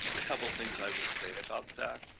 a couple of things i would say about that,